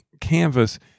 canvas